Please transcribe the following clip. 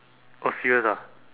oh serious ah